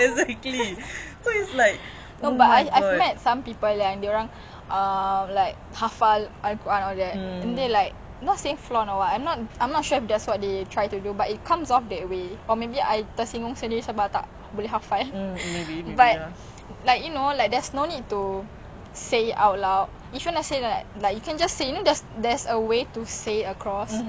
say it out loud if you want to say you know there's a way to say it across without I mean you get it there's a vibe ya then sometimes if if like more than one person say is wrong and this is what we get from you then you still reject it it's obviously not us it's you ya